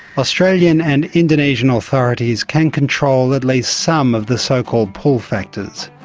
australian and indonesian authorities can control at least some of the so-called pull factors.